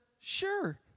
Sure